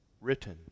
written